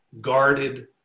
guarded